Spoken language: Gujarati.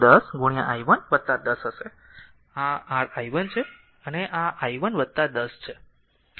તેથી તે 10 i 1 10 હશે આ r i 1 છે આ i 1 10 છે